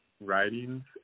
writings